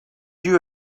you